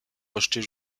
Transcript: rejetés